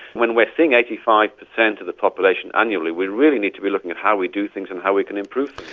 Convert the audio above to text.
when we're seeing eighty five per cent of the population annually, we really need to be looking at how we do things and how we can improve